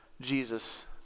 Jesus